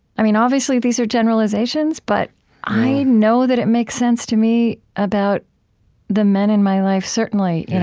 i mean, obviously these are generalizations, but i know that it makes sense to me about the men in my life, certainly,